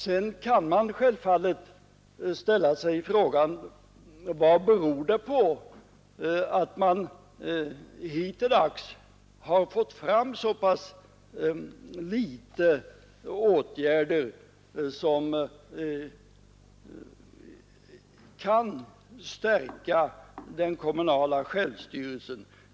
Sedan kan man självfallet ställa sig frågan, vad det beror på att man hittilldags har fått fram så litet av åtgärder som kan stärka den kommunala självstyrelsen.